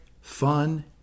fun